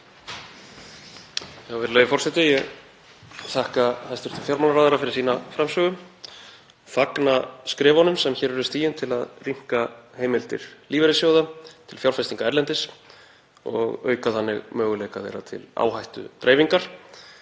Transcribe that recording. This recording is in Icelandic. Virðulegi forseti. Ég þakka hæstv. fjármálaráðherra fyrir sína framsögu. Ég fagna skrefunum sem hér eru stigin til að rýmka heimildir lífeyrissjóða til fjárfestinga erlendis og auka þannig möguleika þeirra til áhættudreifingar.